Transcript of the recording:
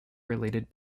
related